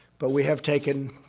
but we have taken